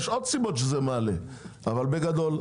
יש עוד סיבות שזה מעלה אבל בגדול,